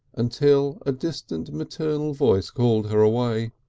until a distant maternal voice called her away.